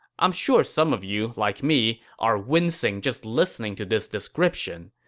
i'm sure some of you, like me, are wincing just listening to this description.